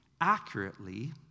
Accurately